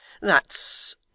That's